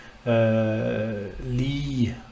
Lee